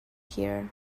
here